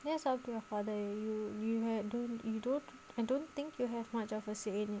that is up to your father already you you you don't you don't I don't think you have much of a say in it